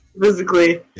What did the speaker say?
Physically